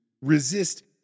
resist